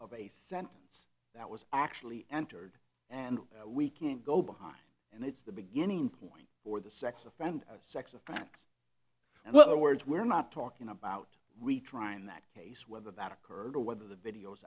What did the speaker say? of a sentence that was actually entered and we can't go behind and it's the beginning point or the sex offender sex crimes and what words we're not talking about retrying that case whether that occurred or whether the videos